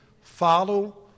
Follow